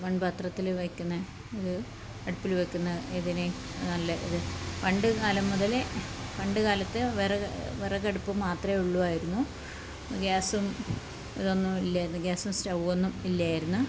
മൺ പാത്രത്തിൽ വെക്കണം ഇത് അടുപ്പിൽ വെക്കുന്ന ഇതിനെ നല്ല ഇത് പണ്ട് കാലം മുതലേ പണ്ട് കാലത്ത് വിറക് വിറകടുപ്പ് മാത്രമേ ഉള്ളുവായിരുന്നു ഗ്യാസ്സും ഇതൊന്നും ഇല്ലായിരുന്നു ഗ്യാസ്സും സ്ററൗവൊന്നും ഇല്ലായിരുന്നു